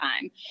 time